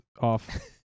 off